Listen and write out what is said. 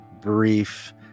brief